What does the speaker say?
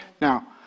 now